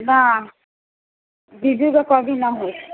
हँ बीजु के कमी ना होइ